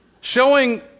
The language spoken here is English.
Showing